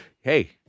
Hey